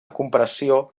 compressió